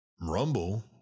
rumble